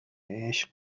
عشق